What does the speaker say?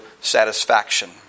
satisfaction